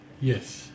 Yes